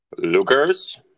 Lucas